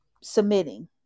submitting